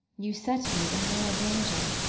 you set me in more danger.